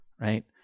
right